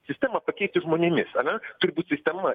sistemą pakeisti žmonėmis ane turi būt sistema